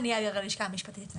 אני אעביר ללשכה המשפטית.